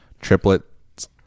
triplets